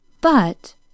But